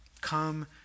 Come